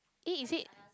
eh is it